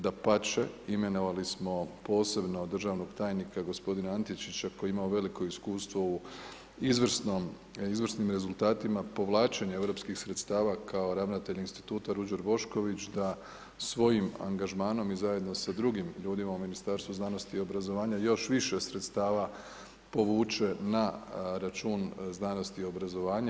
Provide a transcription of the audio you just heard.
Dapače, imenovali smo posebno državnog tajnika gospodina Antičića, koji je imao veliko iskustvo u izvrsnim rezultatima, povlačenja europskih sredstava, kao ravnatelj instituta Ruđer Bošković, da svojim angažmanom i zajedno sa drugim ljudima u Ministarstvu znanosti i obrazovanja, još više sredstava povuče na račun znanosti i obrazovanja.